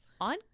on